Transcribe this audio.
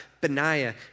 Benaiah